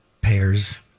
pairs